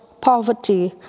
poverty